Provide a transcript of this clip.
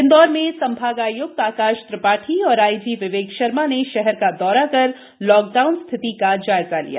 इंदौर में संभाग आय्क्त आकाश त्रिपाठी और आईजी विवेक शर्मा ने शहर का दौरा कर लॉकडाउन स्थिति का जायजा लिया